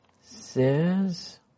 says